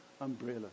umbrella